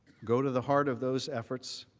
go to the heart of those efforts